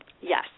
Yes